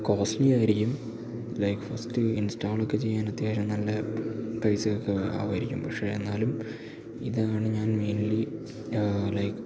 costly ആയിരിക്കും like first ഇൻസ്റ്റാളൊക്കെ ചെയ്യാൻ അത്യാവശ്യം നല്ല പൈസയൊക്കെ ആകുമായിരിക്കും പക്ഷേ എന്നാലും ഇതാണ് ഞാൻ മെയിൻലി ലൈക്